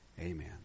amen